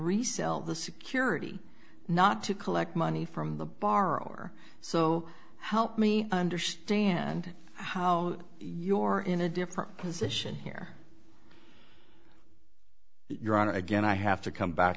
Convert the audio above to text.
resell the security not to collect money from the borrower so help me understand how your in a different position here your honor again i have to come back